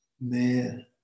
Man